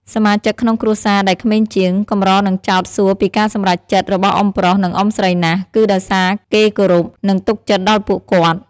សមាជិកក្នុងគ្រួសារដែលក្មេងជាង កម្រនឹងចោទសួរពីការសម្រេចចិត្តរបស់អ៊ុំប្រុស និង អ៊ុំស្រីណាស់ គឺដោយសារគេគោរព និងទុកចិត្តដល់ពួកគាត់។